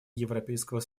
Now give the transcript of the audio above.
европейского